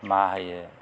मा होयो